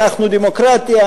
אנחנו דמוקרטיה,